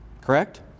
correct